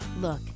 Look